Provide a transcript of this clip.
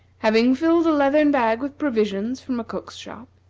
having filled a leathern bag with provisions from a cook's shop,